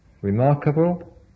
remarkable